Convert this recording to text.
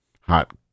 hot